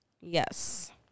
yes